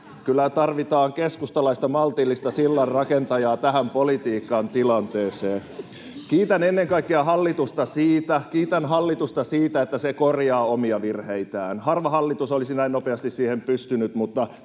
Kyllä tarvitaan keskustalaista maltillista sillanrakentajaa tähän politiikan tilanteeseen. Kiitän hallitusta ennen kaikkea siitä, että se korjaa omia virheitään. Harva hallitus olisi näin nopeasti siihen pystynyt. Mutta